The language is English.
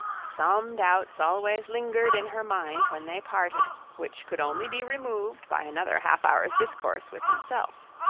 some doubts always lingered in her mind when they parted, which could only be removed by another half hour's discourse with himself.